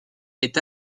est